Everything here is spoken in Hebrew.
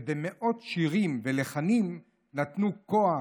ובמאות שירים ולחנים נתנו כוח,